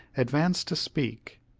advanced to speak,